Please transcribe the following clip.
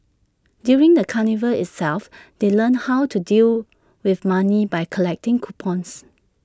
during the carnival itself they learnt how to deal with money by collecting coupons